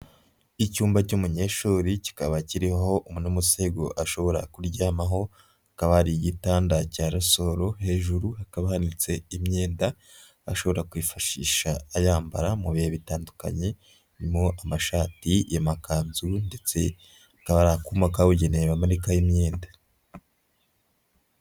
Icyumba cy'umunyeshuri kikaba kiriho n'umusego ashobora kuryamaho. Hakaba hari igitanda cya rasoro. Hejuru hakaba hanitse imyenda ashobora kwifashisha ayambara mu bihe bitandukanye. Harimo amashati, amakanzu, ndetse hakaba hari akuma kabugenewe bamanikaho imyenda.